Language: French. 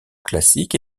classique